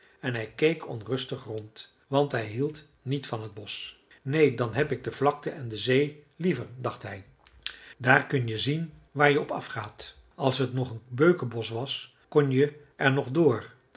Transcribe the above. en hij keek onrustig rond want hij hield niet van t bosch neen dan heb ik de vlakte en de zee liever dacht hij daar kun je zien waar je op afgaat als t nog een beukenbosch was kon t er nog door